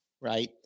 right